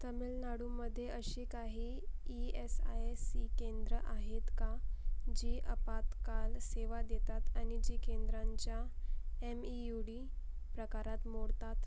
तमिलनाडूमध्ये अशी काही E S I C केंद्रं आहेत का जी आपत्काल सेवा देतात आणि जी केंद्रांच्या एम ई यू डी प्रकारात मोडतात